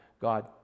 God